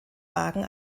wagen